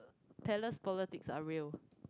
Thales politics are real